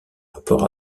rapport